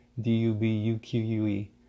D-U-B-U-Q-U-E